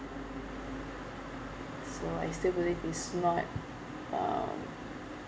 so I still believe it's not um